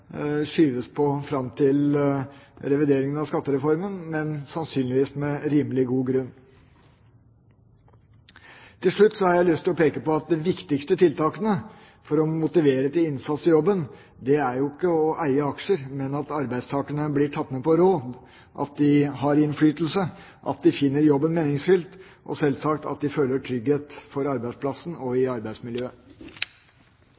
skyves på fram til revideringen av skattereformen, sannsynligvis med rimelig god grunn. Til slutt har jeg lyst til å peke på at de viktigste tiltakene for å motivere til innsats i jobben ikke er å eie aksjer, men at arbeidstakerne blir tatt med på råd, at de har innflytelse, at de finner jobben meningsfylt og sjølsagt at de føler trygghet for arbeidsplassen og i